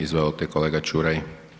Izvolite, kolega Čuraj.